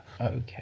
Okay